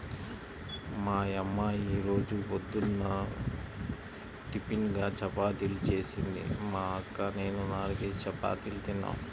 మా యమ్మ యీ రోజు పొద్దున్న టిపిన్గా చపాతీలు జేసింది, మా అక్క నేనూ నాల్గేసి చపాతీలు తిన్నాం